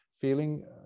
feeling